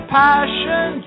passion